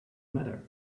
matter